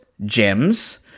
gems